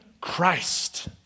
Christ